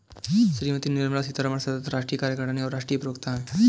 श्रीमती निर्मला सीतारमण सदस्य, राष्ट्रीय कार्यकारिणी और राष्ट्रीय प्रवक्ता हैं